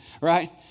right